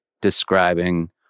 describing